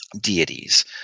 deities